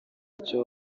icyo